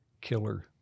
killer